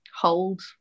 hold